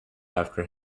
after